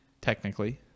technically